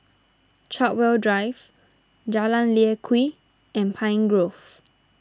Chartwell Drive Jalan Lye Kwee and Pine Grove